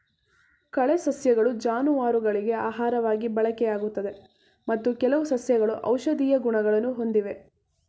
ಕಳೆ ಸಸ್ಯಗಳು ಜಾನುವಾರುಗಳಿಗೆ ಆಹಾರವಾಗಿ ಬಳಕೆಯಾಗುತ್ತದೆ ಮತ್ತು ಕೆಲವು ಸಸ್ಯಗಳು ಔಷಧೀಯ ಗುಣಗಳನ್ನು ಹೊಂದಿವೆ